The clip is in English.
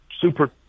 super